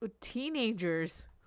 Teenagers